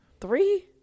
Three